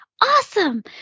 awesome